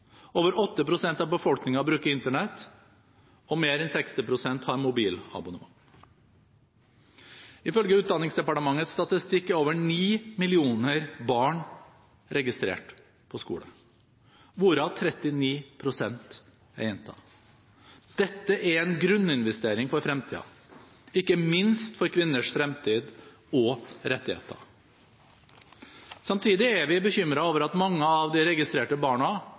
Over 8 pst. av befolkningen bruker internett, og mer enn 60 prosent har mobiltelefonabonnement. Ifølge utdanningsdepartementets statistikk er over 9 millioner barn registrert på skole, hvorav 39 pst. er jenter. Dette er en grunninvestering for fremtiden, ikke minst for kvinners fremtid og rettigheter. Samtidig er vi bekymret over at mange av de registrerte barna